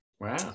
Wow